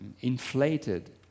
inflated